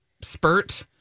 spurt